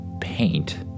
paint